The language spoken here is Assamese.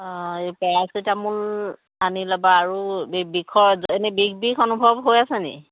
অঁ এই পেৰাচিটেমোল আনি ল'বা আৰু বি বিষৰ এনেই বিষ বিষ অনুভৱ হৈ আছে নি